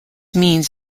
means